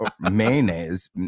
mayonnaise